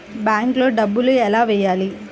బ్యాంక్లో డబ్బులు ఎలా వెయ్యాలి?